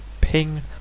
Ping